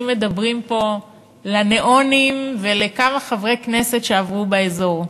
מדברים פה לניאונים ולכמה חברי כנסת שעברו באזור.